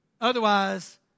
Otherwise